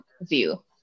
view